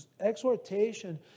exhortation